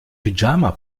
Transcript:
pyjama